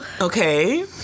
okay